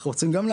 נואשים.